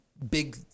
big